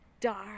dark